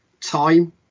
time